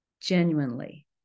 genuinely